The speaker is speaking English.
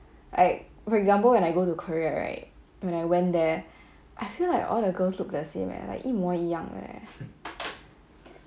I for example when I go to korea right when I went there I feel like all the girls look the same leh like 一模一样 leh